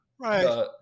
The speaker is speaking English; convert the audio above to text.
Right